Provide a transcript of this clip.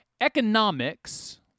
Economics